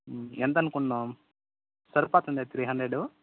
ఎంత అనుకున్నాం సరిపోతుందా త్రీ హండ్రెడు